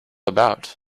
about